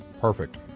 Perfect